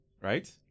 right